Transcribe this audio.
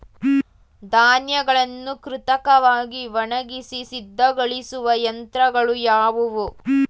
ಧಾನ್ಯಗಳನ್ನು ಕೃತಕವಾಗಿ ಒಣಗಿಸಿ ಸಿದ್ದಗೊಳಿಸುವ ಯಂತ್ರಗಳು ಯಾವುವು?